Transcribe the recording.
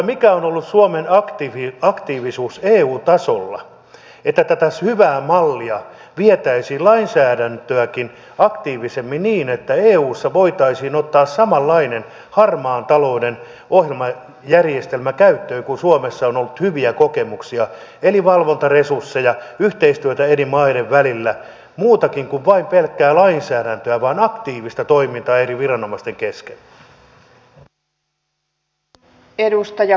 mikä on ollut suomen aktiivisuus eu tasolla että tätä hyvää mallia vietäisiin lainsäädäntöäkin aktiivisemmin niin että eussa voitaisiin ottaa käyttöön samanlainen harmaan talouden järjestelmä kun suomessa on ollut hyviä kokemuksia eli valvontaresursseja yhteistyötä eri maiden välillä muutakin eli ei vain pelkkää lainsäädäntöä vaan aktiivista toimintaa eri viranomaisten kesken